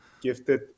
gifted